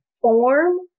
form